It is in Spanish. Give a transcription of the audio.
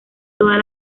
todas